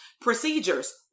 Procedures